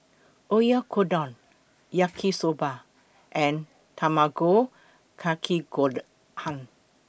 Oyakodon Yaki Soba and Tamago Kake Gohan